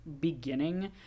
beginning